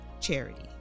charity